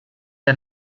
ein